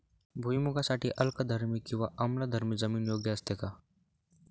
भुईमूगासाठी अल्कधर्मी किंवा आम्लधर्मी जमीन योग्य असते का?